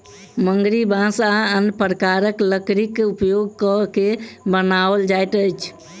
मुंगरी बाँस आ अन्य प्रकारक लकड़ीक उपयोग क के बनाओल जाइत अछि